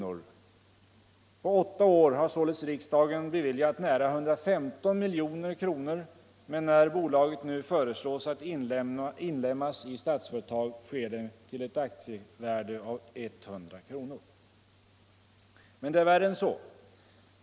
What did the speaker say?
På åtta år har således riksdagen beviljat nära 115 milj.kr., men när bolaget nu föreslås bli inlemmat i Statsföretag skall det ske till ett aktievärde av 100 kr. Men det är värre än så.